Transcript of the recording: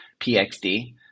PXD